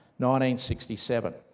1967